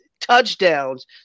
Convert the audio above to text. touchdowns